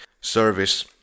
service